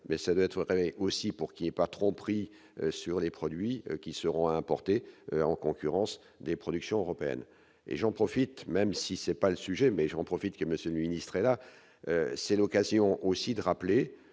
mais ça doit être vrai aussi pour qu'il a pas tromperie sur les produits qui seront importés en concurrence des productions européennes et j'en profite, même si c'est pas le sujet mais j'en profite que monsieur ministre et là c'est l'occasion aussi de rappeler